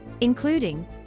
including